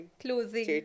closing